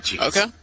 Okay